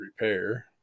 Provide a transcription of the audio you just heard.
repair